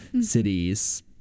cities